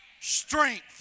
strength